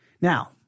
Now